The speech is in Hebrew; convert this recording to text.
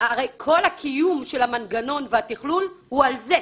הרי כל הקיום של המנגנון והתכלול הוא על זה,